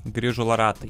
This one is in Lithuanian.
grįžulo ratai